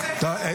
מכובד.